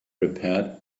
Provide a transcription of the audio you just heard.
prepared